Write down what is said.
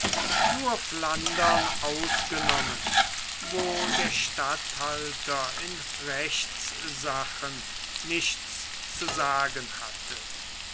nur flandern ausgenommen wo der statthalter in rechtssachen nichts zu sagen hatte